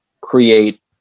create